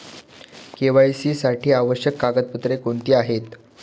KYC साठी आवश्यक कागदपत्रे कोणती आहेत?